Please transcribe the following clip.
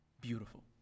beautiful